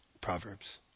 Proverbs